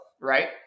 right